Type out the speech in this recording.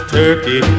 turkey